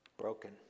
Broken